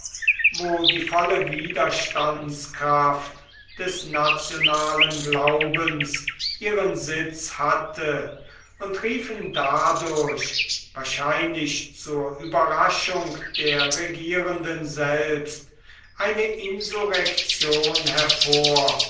wo die volle widerstandskraft des nationalen glaubens ihren sitz hatte und riefen dadurch wahrscheinlich zur überraschung der regieren den selbst eine insurrektion hervor